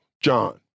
John